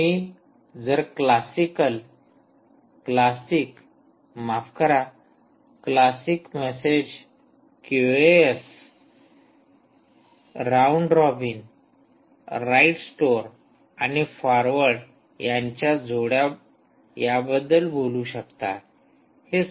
तुम्ही जर classical classic माफ करा classic message queues round robin write store आणि फॉरवर्ड यांच्या जोड्या याबद्दल बोलू शकता